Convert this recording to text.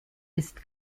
ist